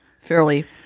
Fairly